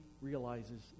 realizes